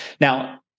Now